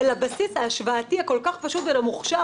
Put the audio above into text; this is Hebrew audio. ולבסיס ההשוואתי הכול כך פשוט בין המוכש"ר